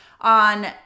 on